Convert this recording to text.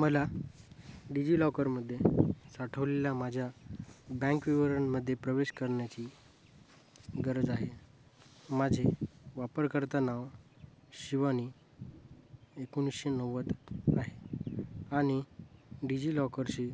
मला डिजिलॉकरमध्ये साठवलेल्या माझ्या बँक विवरणमध्ये प्रवेश करण्याची गरज आहे माझे वापरकर्ता नाव शिवानी एकोणीशे नव्वद आहे आणि डिजिलॉकरशी